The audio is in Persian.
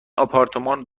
آپارتمان